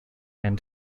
and